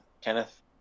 Kenneth